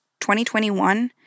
2021